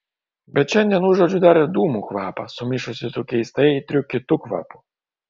bet šiandien užuodžiu dar ir dūmų kvapą sumišusį su keistai aitriu kitu kvapu